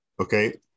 Okay